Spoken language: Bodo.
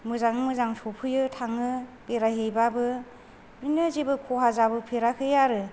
मोजाङै मोजां सौफैयो थाङो बेरायहैबाबो बिदिनो जेबो खहा जाबोफेराखै आरो